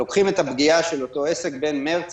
שלוקחים את הפגיעה של אותו עסק בין מרץ